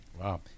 Wow